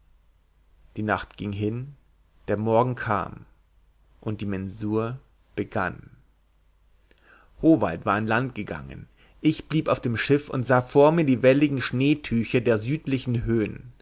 die nacht ging hin der morgen kam und die mensur begann howald war an land gegangen ich blieb auf dem schiff und sah vor mir die welligen schneetücher der südlichen höhn